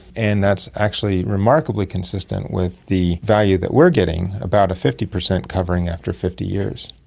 and that's actually remarkably consistent with the value that we are getting, about a fifty percent covering after fifty years.